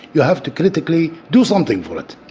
you have to critically do something for it.